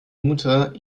mutter